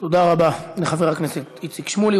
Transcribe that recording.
תודה רבה לחבר הכנסת איציק שמולי.